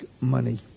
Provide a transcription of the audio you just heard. money